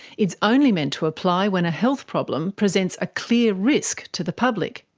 it's only meant to apply when a health problem presents a clear risk to the public.